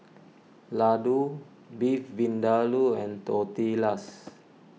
Ladoo Beef Vindaloo and Tortillas